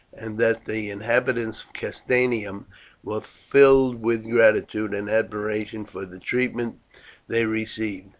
and that the inhabitants of castanium were filled with gratitude and admiration for the treatment they received.